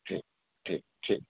ठीक ठीक ठीक